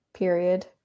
period